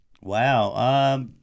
Wow